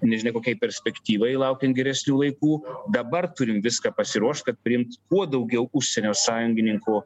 nežinia kokiai perspektyvai laukiant geresnių laikų dabar turim viską pasiruošt kad priimt kuo daugiau užsienio sąjungininkų